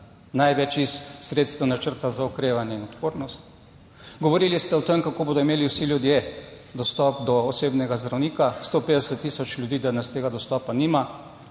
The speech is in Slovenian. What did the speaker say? največ iz sredstev načrta za okrevanje in odpornost. Govorili ste o tem, kako bodo imeli vsi ljudje dostop do osebnega zdravnika, 150 tisoč ljudi danes tega dostopa nima.